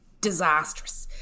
disastrous